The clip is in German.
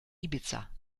ibiza